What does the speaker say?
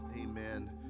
Amen